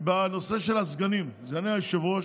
בנושא של הסגנים, סגני היושב-ראש,